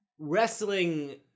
wrestling